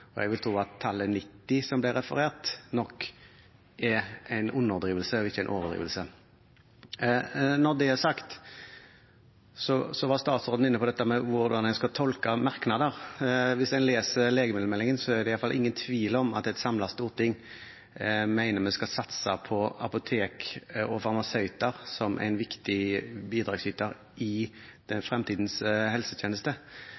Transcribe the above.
farmasøyter. Jeg vil tro at tallet 90, som det ble referert til, nok er en underdrivelse og ikke en overdrivelse. Når det er sagt, var statsråden inne på hvordan man skal tolke merknader. Hvis man leser legemiddelmeldingen, er det i hvert fall ingen tvil om at et samlet storting mener vi skal satse på apotek og farmasøyter som en viktig bidragsyter i